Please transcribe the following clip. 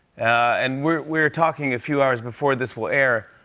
and we're we're talking a few hours before this will air,